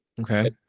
Okay